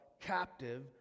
captive